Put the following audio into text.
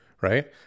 right